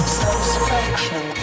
satisfaction